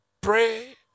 Pray